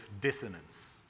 dissonance